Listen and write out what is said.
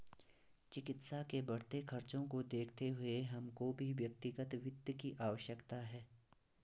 चिकित्सा के बढ़ते खर्चों को देखते हुए हमको भी व्यक्तिगत वित्त की आवश्यकता है